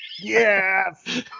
Yes